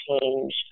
change